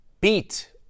beat